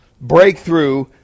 breakthrough